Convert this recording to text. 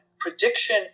prediction